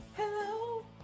Hello